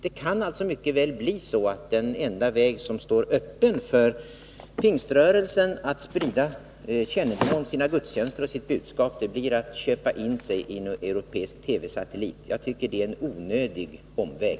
Det kan alltså mycket väl bli så att den enda väg som står öppen för Pingströrelsen att sprida sina gudstjänster och sitt budskap är att köpa in sig i en europeisk TV-satellit. Jag tycker att detta är en onödig omväg.